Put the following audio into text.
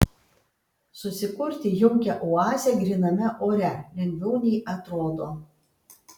susikurti jaukią oazę gryname ore lengviau nei atrodo